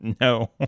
No